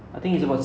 mm